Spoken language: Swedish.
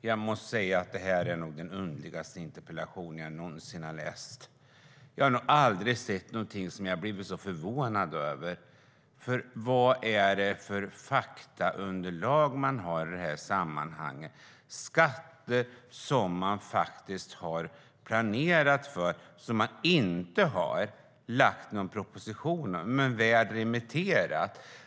Jag måste säga att detta nog är den underligaste interpellation jag någonsin har läst. Jag har nog aldrig sett någonting som jag har blivit så förvånad över. Vad är det för faktaunderlag man har i det här sammanhanget? Det är skatter som man faktiskt har planerat för, som man inte har lagt fram någon proposition om, men man har remitterat det.